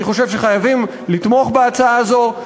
אני חושב שחייבים לתמוך בהצעה הזו.